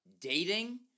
dating